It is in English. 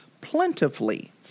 plentifully